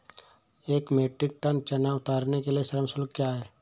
एक metric ton चना उतारने के लिए श्रम शुल्क क्या है?